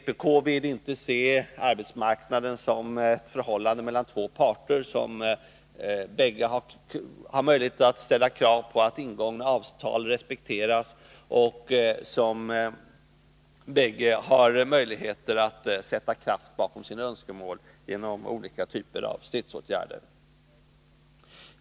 Vpk vill inte se arbetsmarknaden som ett förhållande mellan två parter där båda har möjlighet att ställa krav på att ingångna avtal respekteras och där båda har möjlighet att sätta kraft bakom sina önskemål genom olika typer av stridsåtgärder.